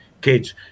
kids